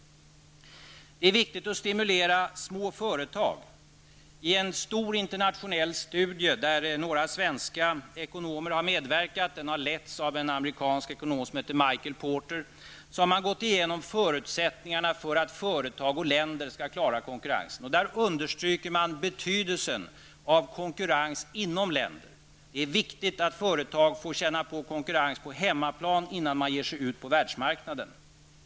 Det är viktigt att stimulera små företag. I en stor internationell studie, där några svenska ekonomer har medverkat -- den har letts av en amerikansk ekonom som heter Michael Porter -- har man gått igenom förutsättningarna för att företag och länder skall klara konkurrensen. Man understryker betydelsen av konkurrens inom länder. Det är viktigt att företag får känna på konkurrens på hemmaplan innan de ger sig ut på världsmarknaden.